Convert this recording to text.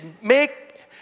make